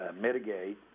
mitigate